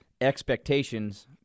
expectations